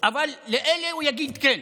אבל לאלה הוא יגיד כן.